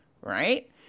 right